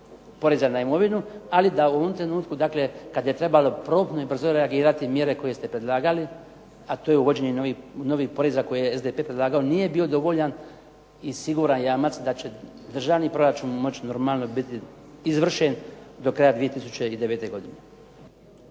poreza na imovinu, ali da u ovom trenutku dakle kad je trebalo promptno i brzo reagirati mjere koje ste predlagali, a to je uvođenje novih poreza koje je SDP predlagao nije bio dovoljan i siguran jamac da će državni proračun moći normalno biti izvršen do kraja 2009. godine.